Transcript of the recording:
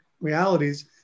realities